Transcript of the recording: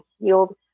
healed